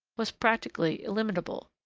was practically illimitable.